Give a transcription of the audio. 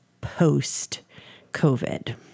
post-COVID